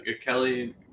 Kelly